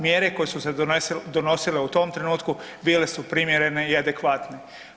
Mjere koje su se donosile u tom trenutku bile su primjerene i adekvatne.